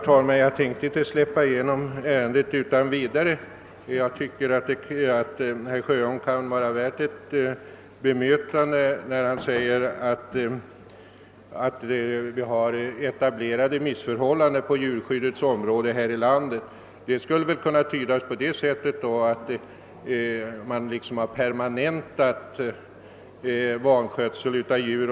Herr talman! Herr Sjöholm säger att vi har etablerade missförhållanden på djurskyddets område här i landet. Det skulle väl kunna tydas på det sättet att man liksom har permanentat vanskötseln av djur.